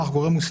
"הרשות"